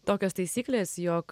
tokios taisyklės jog